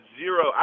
zero